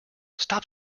stop